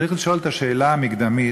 צריך לשאול את השאלה המקדמית